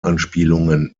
anspielungen